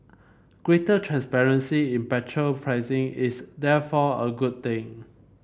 greater transparency in petrol pricing is therefore a good thing